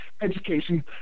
education